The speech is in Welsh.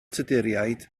tuduriaid